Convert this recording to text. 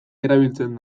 erabiltzen